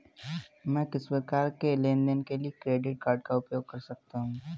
मैं किस प्रकार के लेनदेन के लिए क्रेडिट कार्ड का उपयोग कर सकता हूं?